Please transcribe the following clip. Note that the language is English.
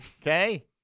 Okay